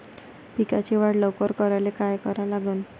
पिकाची वाढ लवकर करायले काय करा लागन?